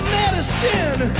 medicine